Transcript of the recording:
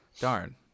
Darn